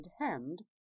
hand